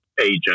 Agent